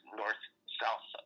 north-south